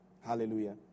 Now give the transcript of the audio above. Hallelujah